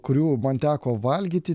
kurių man teko valgyti